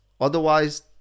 Otherwise